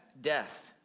death